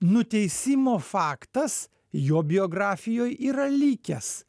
nuteisimo faktas jo biografijoj yra likęs